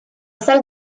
salle